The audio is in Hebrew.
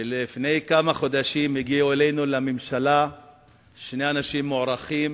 שלפני כמה חודשים הגיעו אלינו לממשלה שני אנשים מוערכים